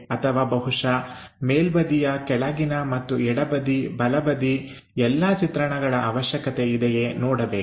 ಅಥವಾ ಬಹುಶಃ ಮೇಲ್ಬದಿಯ ಕೆಳಗಿನ ಮತ್ತು ಎಡಬದಿ ಬಲಬದಿ ಎಲ್ಲಾ ಚಿತ್ರಣಗಳ ಅವಶ್ಯಕತೆ ಇದೆಯೇ ನೋಡಬೇಕು